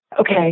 Okay